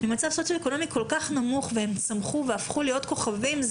ממצב סוציואקונומי כל כך נמוך והם צמחו והפכו להיות כוכבים.